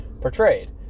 portrayed